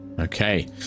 Okay